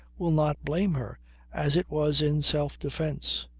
will not blame her as it was in self-defence.